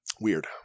Weird